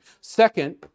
Second